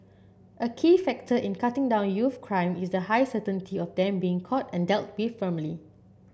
a key factor in cutting down youth crime is the high certainty of them being caught and dealt with firmly